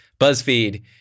BuzzFeed